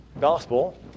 gospel